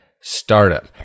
startup